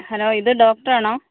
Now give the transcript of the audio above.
hello ഇത് doctor ആണോ